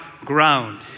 ground